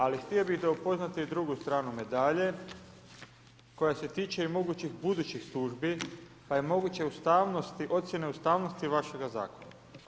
Ali htio bih da upoznate i drugu stranu medalje koja se tiče i mogućih budućih službi pa je moguće ustavnosti, ocjene ustavnosti vašega zakona.